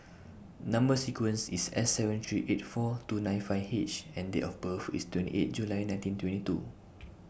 Number sequence IS S seven three eight four two nine five H and Date of birth IS twenty eight July nineteen twenty two